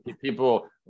people